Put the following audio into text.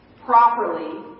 properly